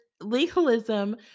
legalism